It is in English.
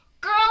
Girl